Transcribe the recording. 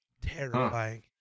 terrifying